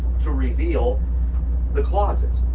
to reveal the closet,